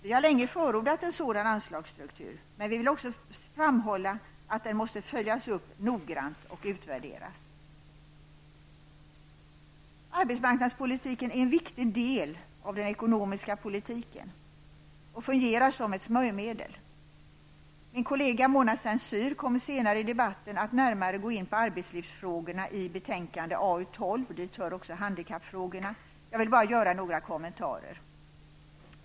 Vi har länge förordat en sådan anslagsstruktur, men vi vill också framhålla att den måste följas upp noggrant och utvärderas. Arbetsmarknadspolitiken är en viktig del av den ekonomiska politiken och fungerar som ett smörjmedel. Min kollega Mona Saint Cyr kommer senare i debatten att närmare att gå in på arbetslivsfrågorna i betänkande AU12. Dit hör också handikappfrågorna. Jag vill bara göra några kommentarer.